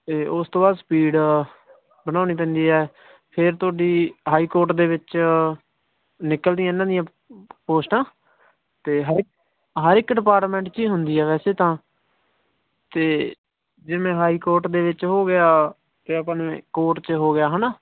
ਅਤੇ ਉਸ ਤੋਂ ਬਾਅਦ ਸਪੀਡ ਬਣਾਉਣੀ ਪੈਂਦੀ ਹੈ ਫਿਰ ਤੁਹਾਡੀ ਹਾਈ ਕੋਰਟ ਦੇ ਵਿੱਚ ਨਿਕਲਦੀਆਂ ਇਹਨਾਂ ਦੀਆਂ ਪੋਸਟਾਂ ਅਤੇ ਹਰ ਇੱਕ ਹਰ ਇੱਕ ਡਿਪਾਰਟਮੈਂਟ 'ਚ ਹੀ ਹੁੰਦੀ ਆ ਵੈਸੇ ਤਾਂ ਅਤੇ ਜਿਵੇਂ ਹਾਈ ਕੋਰਟ ਦੇ ਵਿੱਚ ਹੋ ਗਿਆ ਅਤੇ ਆਪਣੇ ਕੋਰਟ 'ਚ ਹੋ ਗਿਆ ਹੈ ਨਾ